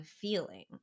feeling